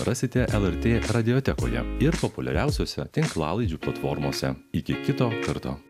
rasite lrt radijotekoje ir populiariausiose tinklalaidžių platformose iki kito karto